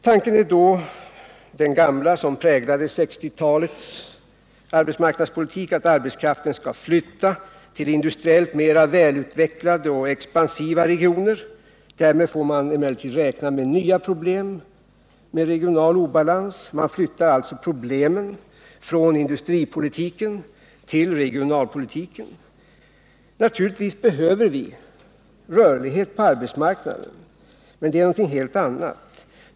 Tanken är då den gamla som präglade 1960-talets arbetsmarknadspolitik att arbetskraften skall flytta till industriellt mer välutvecklade och expansiva regioner. Därmed får man emellertid räkna med nya problem med regional obalans. Man flyttar alltså problemen från industripolitiken till regionalpolitiken. Naturligtvis behöver vi rörlighet på arbetsmarknaden, men det är någonting helt annat.